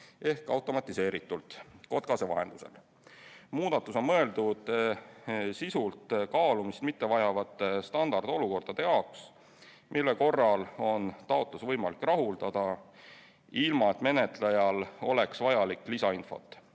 ehk automatiseeritult KOTKAS-e vahendusel. Muudatus on mõeldud sisult kaalumist mittevajavate standardolukordade jaoks, mille korral on taotlus võimalik rahuldada, ilma et menetlejal oleks vaja lisainfot.